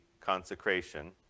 consecration